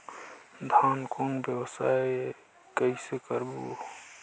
धान कौन व्यवसाय कइसे करबो?